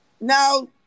Now